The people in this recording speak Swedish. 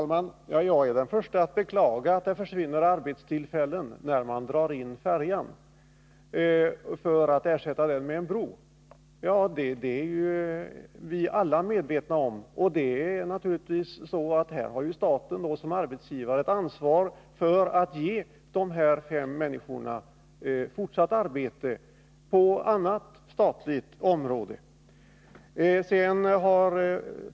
Herr talman! Jag är den förste att beklaga att det försvinner arbetstillfällen när man drar in färjeförbindelsen för att ersätta den med en bro. Den effekten är vi alla medvetna om. Det är naturligtvis så att staten som arbetsgivare har ett ansvar för att ge de fem människorna fortsatt arbete på annat statligt område.